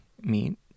meet